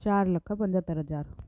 चारि लख पंजतरि हज़ार